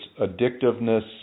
addictiveness